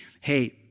hey